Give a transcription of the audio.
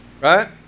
Right